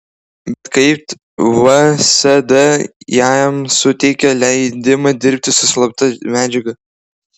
bet kaip vsd jam suteikė leidimą dirbti su slapta medžiaga